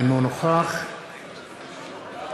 אינו נוכח אופיר אקוניס, אינו נוכח גלעד